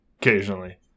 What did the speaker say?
occasionally